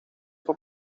fue